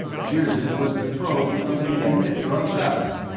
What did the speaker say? jirzid was betrothed to the lady annitra of zabna.